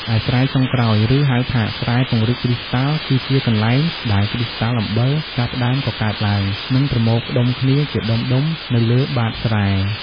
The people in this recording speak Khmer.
ឯស្រែចុងក្រោយ ឬហៅថាស្រែពង្រីកគ្រីស្តាល់ គឺជាកន្លែងដែលគ្រីស្តាល់អំបិលចាប់ផ្តើមកកើតឡើង និងប្រមូលផ្ដុំគ្នាជាដុំៗនៅលើបាតស្រែ។